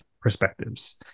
perspectives